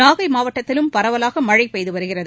நாகை மாவட்டத்திலும் பரவலாக மழை பெய்து வருகிறது